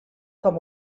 com